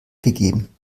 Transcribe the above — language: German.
gegeben